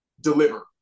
deliver